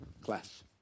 class